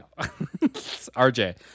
RJ